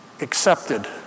accepted